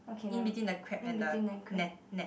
in between the crab and the net net